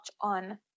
on